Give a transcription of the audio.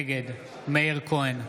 נגד מאיר כהן,